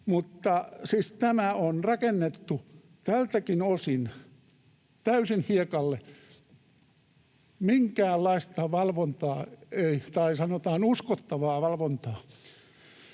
Siis tämä on rakennettu tältäkin osin täysin hiekalle. Minkäänlaista sanotaan uskottavaa valvontaa